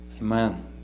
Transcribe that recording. Amen